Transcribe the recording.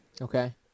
Okay